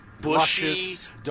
bushy